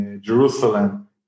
Jerusalem